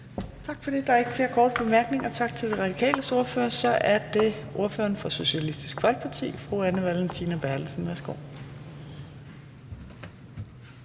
Tak for det. Der er ikke flere korte bemærkninger. Tak til De Radikales ordfører. Så er det ordføreren for Socialistisk Folkeparti, fru Anne Valentina Berthelsen. Værsgo.